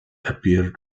appear